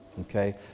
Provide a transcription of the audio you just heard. Okay